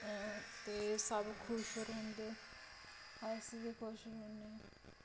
ते सब खुश रौंह्दे अस बी खुश रौह्न्ने